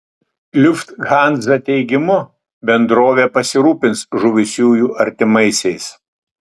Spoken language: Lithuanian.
lufthansa teigimu bendrovė pasirūpins žuvusiųjų artimaisiais